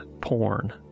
porn